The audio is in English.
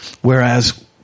Whereas